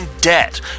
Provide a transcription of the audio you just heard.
debt